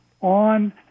on